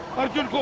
arjun.